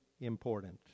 important